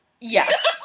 Yes